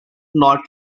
not